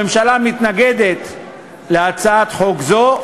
הממשלה מתנגדת להצעת חוק זו,